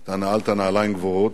אתה נעלת נעליים גבוהות,